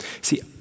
See